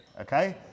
okay